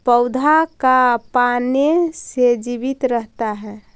पौधा का पाने से जीवित रहता है?